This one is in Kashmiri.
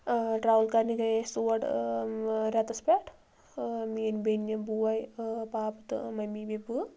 ٹراوٕل کرنہِ گٔیہِ أسۍ تور رٮ۪تس پٮ۪ٹھ میٲنۍ بیٚنہِ بوے پاپہٕ تہٕ ممی بیٚیہِ بہٕ